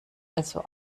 also